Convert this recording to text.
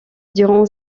durant